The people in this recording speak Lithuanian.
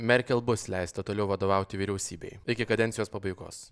merkel bus leista toliau vadovauti vyriausybei iki kadencijos pabaigos